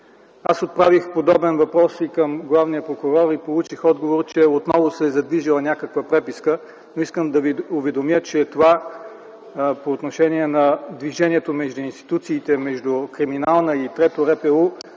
Аз отправих подобен въпрос и към главния прокурор и получих отговор, че отново се е задвижила някаква преписка, но искам да Ви уведомя, че това по отношение на движението между институциите – между Криминална и Трето РПУ,